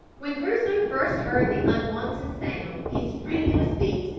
when crusoe first heard the unwonted sound he sprang to his feet,